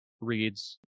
reads